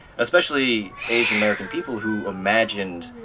especially asian-american people who imagined,